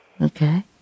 Okay